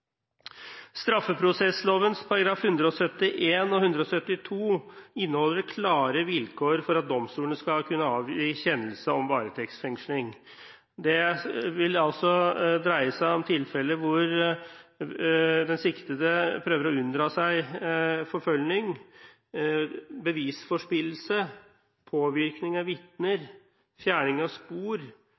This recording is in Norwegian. under varetekten. Straffeprosessloven §§ 171 og 172 inneholder klare vilkår for at domstolene skal kunne avgi kjennelse om varetektsfengsling. Det vil altså dreie seg om tilfeller hvor den siktede prøver å unndra seg forfølgning, bevisforspillelse, påvirkning av vitner, fjerning av spor